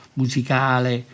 musicale